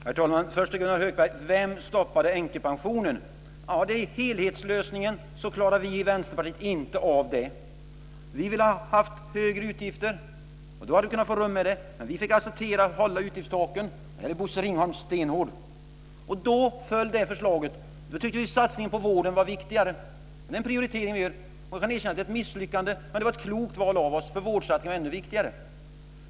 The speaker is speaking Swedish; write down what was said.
Herr talman! Först till Gunnar Hökmark som ställde frågan: Vem stoppade änkepensionen? I helhetslösningen klarade vi i Vänsterpartiet inte av att behålla änkepensionen. Vi hade velat ha högre utgifter. Då hade vi kunnat få rum med den. Men vi fick acceptera att hålla utgiftstaken. Där är Bosse Ringholm stenhård. Då föll det förslaget. Då tyckte vi att satsningen på vården var viktigare. Det är en prioritering vi gör. Det har ni känt är ett misslyckande, men det var ett klokt val av oss, för vårdsatsningen var ännu viktigare.